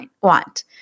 want